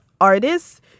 artists